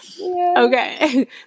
Okay